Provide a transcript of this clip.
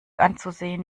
anzusehen